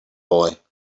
boy